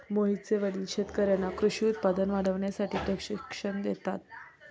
मोहितचे वडील शेतकर्यांना कृषी उत्पादन वाढवण्यासाठी प्रशिक्षण देतात